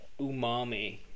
umami